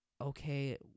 okay